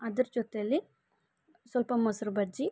ಅದ್ರ ಜೊತೇಲಿ ಸ್ವಲ್ಪ ಮೊಸ್ರು ಬಜ್ಜಿ